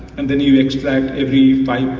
and then you extract every five,